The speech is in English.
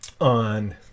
on